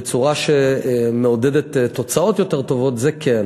בצורה שמעודדת תוצאות יותר טובות, זה כן.